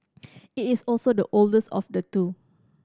it is also the oldest of the two